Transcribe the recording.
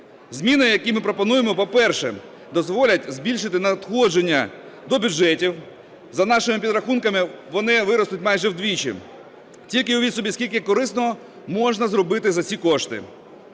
Зміни, які ми пропонуємо, по-перше, дозволять збільшити надходження до бюджетів. За нашими підрахунками вони виростуть майже вдвічі. Тільки уявіть собі, скільки корисного можна зробити за ці кошти.